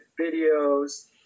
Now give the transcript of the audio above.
videos